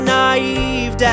naive